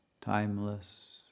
timeless